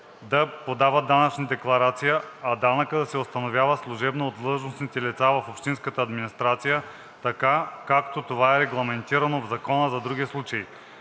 да подават данъчна декларация, а данъкът да се установява служебно от длъжностните лица в общинската администрация, така, както това е регламентирано в Закона за други случаи.